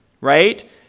right